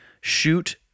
shoot